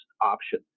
option